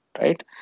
right